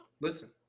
Listen